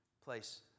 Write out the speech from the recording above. place